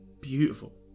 beautiful